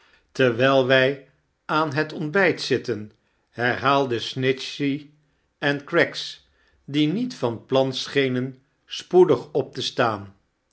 terwijl wij aan het ontbijt zitten herhaalden snitchey en craggs die niet van plan schenen spoedig op te staan